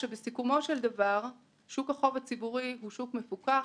בסיכומו של דבר, שוק החוב הציבורי הוא שוק מפותח,